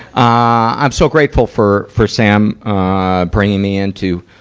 i'm so grateful for, for sam, ah, bringing me into,